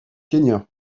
kenya